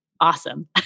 awesome